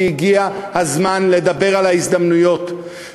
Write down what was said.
והגיע הזמן לדבר על ההזדמנויות,